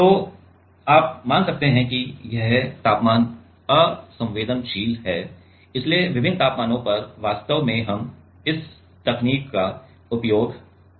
तो आप मान सकते हैं कि यह तापमान असंवेदनशील है इसलिए विभिन्न तापमानों पर वास्तव में हम इस तकनीक का उपयोग कर सकते हैं